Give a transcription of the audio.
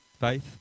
Faith